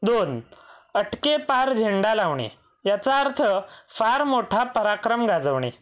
दोन अटकेपार झेंडा लावणे याचा अर्थ फार मोठा पराक्रम गाजवणे